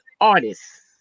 artists